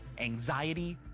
anxiety,